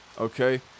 Okay